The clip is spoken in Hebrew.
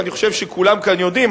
ואני חושב שכולם כאן יודעים,